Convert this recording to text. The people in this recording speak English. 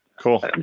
Cool